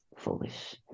foolish